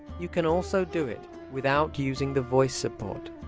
you can also do it without using the voice support.